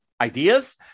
ideas